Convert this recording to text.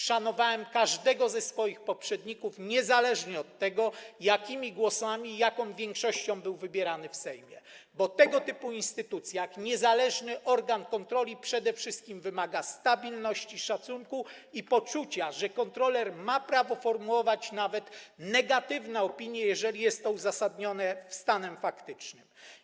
Szanowałem każdego ze swoich poprzedników, niezależnie od tego, jakimi głosami i jaką większością był wybierany w Sejmie, bo tego typu instytucja jak niezależny organ kontroli przede wszystkim wymaga stabilności, szacunku i poczucia, że kontroler ma prawo formułować nawet negatywne opinie, jeżeli jest to uzasadnione stanem faktycznym.